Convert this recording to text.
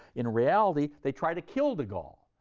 in reality they tried to kill de gaulle.